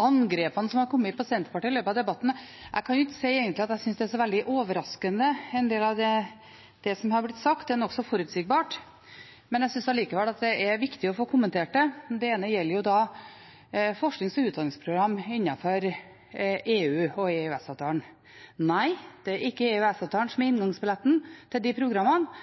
angrepene som har kommet på Senterpartiet i løpet av debatten. Jeg kan egentlig ikke si jeg synes en del av det som har blitt sagt, er så veldig overraskende. Det er nokså forutsigbart, men jeg synes allikevel at det er viktig å få kommentert det. Det ene gjelder forsknings- og utdanningsprogram innenfor EU og EØS-avtalen. – Nei, det er ikke EØS-avtalen som er inngangsbilletten til de programmene.